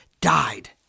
died